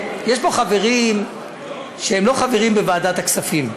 יש פה חברים שהם לא חברים בוועדת הכספים,